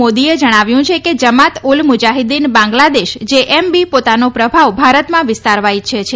મોદીએ જણાવ્યું છે કે જમાત ઉલ મુજાહિદ્દીન બાગ્લાદેશ જેએમબી પોતાનો પ્રભાવ ભારતમાં વિસ્તારવા ઇચ્છે છે